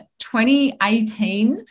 2018